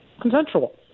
consensual